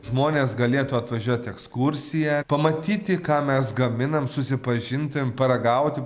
žmonės galėtų atvažiuot į ekskursiją pamatyti ką mes gaminam susipažinti paragauti